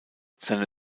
seine